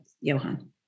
johan